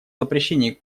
запрещении